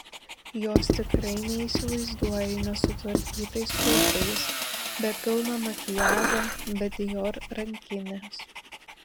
jos tikrai neįsivaizduoji nesutvarkytais plaukais be pilno makiažo be dior rankinės